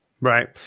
Right